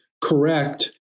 correct